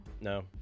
No